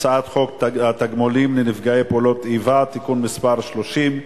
הצעת חוק התגמולים לנפגעי פעולות איבה (תיקון מס' 30)